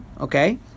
Okay